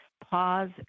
pause